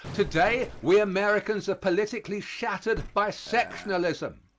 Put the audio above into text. to-day we americans are politically shattered by sectionalism.